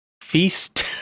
Feast